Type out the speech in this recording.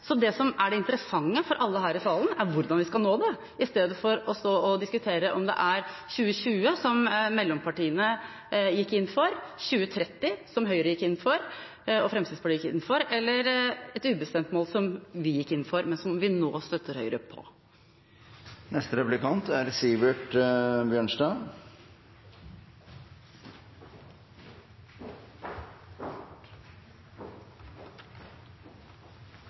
Så det som er det interessante for alle her i salen, må være hvordan vi skal nå dette, i stedet for å stå og diskutere om det er 2020, som mellompartiene gikk inn for, 2030, som Høyre og Fremskrittspartiet gikk inn for, eller et ubestemt mål, som vi gikk inn for, men som vi nå støtter Høyre på.